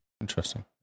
interesting